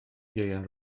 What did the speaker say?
ieuan